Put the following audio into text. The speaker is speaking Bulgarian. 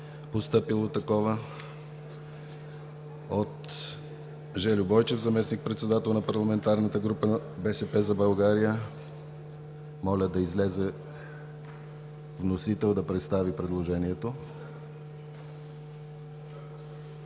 представител Жельо Бойчев – заместник-председател на Парламентарната група на „БСП за България“ . Моля да излезе вносител, за да представи предложението.